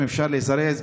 אם אפשר לזרז,